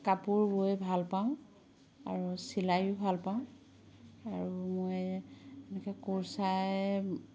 কাপোৰ বৈ ভাল পাওঁ আৰু চিলায়ো ভাল পাওঁ আৰু মই এনেকে কুৰছাৰে